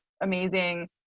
amazing